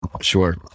Sure